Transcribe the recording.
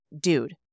dude